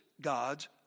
God's